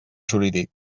jurídic